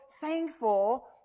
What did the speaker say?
thankful